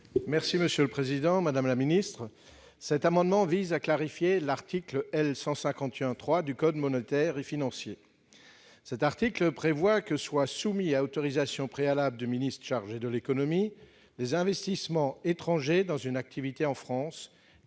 : La parole est à M. Claude Kern. Cet amendement vise à clarifier l'article L. 151-3 du code monétaire et financier. Cet article prévoit que soient soumis à autorisation préalable du ministre chargé de l'économie les investissements étrangers dans une activité en France